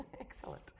Excellent